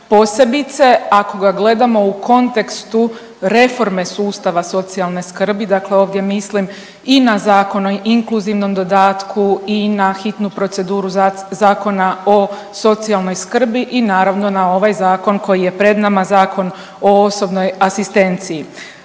posebice ako ga gledamo u kontekstu reforme sustava socijalne skrbi, dakle ovdje mislim i na Zakon o inkluzivnom dodatku i na hitnu proceduru Zakona o socijalnoj skrbi i naravno, na ovaj Zakon koji je pred nama, Zakon o osobnoj asistenciji.